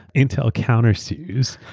intel countersues.